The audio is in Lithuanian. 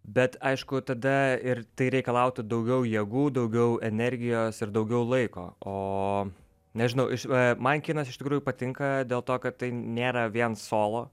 bet aišku tada ir tai reikalautų daugiau jėgų daugiau energijos ir daugiau laiko o nežinau išv man kinas iš tikrųjų patinka dėl to kad tai nėra vien solo